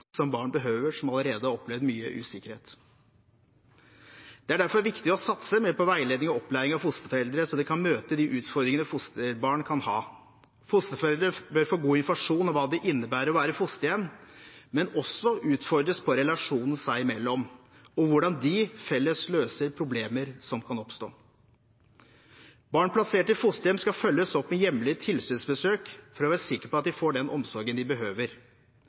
som barn, som allerede har opplevd mye usikkerhet, behøver. Det er derfor viktig å satse mer på veiledning og opplæring av fosterforeldre så de kan møte de utfordringene fosterbarn kan ha. Fosterforeldre bør få god informasjon om hva det innebærer å være fosterhjem, men også utfordres på relasjonen seg imellom og hvordan de felles løser problemer som kan oppstå. Barn plassert i fosterhjem skal følges opp med jevnlige tilsynsbesøk for å være sikker på at de får den omsorgen de behøver.